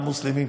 גם מוסלמים,